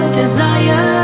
desire